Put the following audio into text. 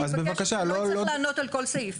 אני מבקשת, לא צריך לענות על כל סעיף.